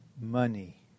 money